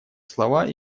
слова